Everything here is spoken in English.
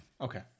Okay